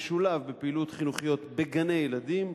משולב בפעילויות חינוכיות בגני-ילדים,